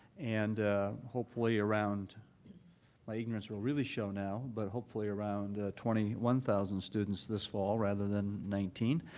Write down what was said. and hopefully around my ignorance will really show now, but hopefully around twenty one thousand students this fall rather than nineteen.